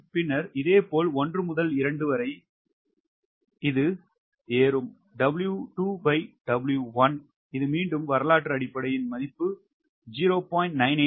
பின்னர் இதேபோல் 1 முதல் 2 வரை இது ஏறும் 𝑊2W1 இது மீண்டும் வரலாற்று அடிப்படையில் மதிப்பு 0